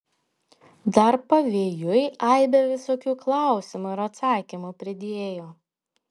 dar pavėjui aibę visokių klausimų ir atsakymų pridėjo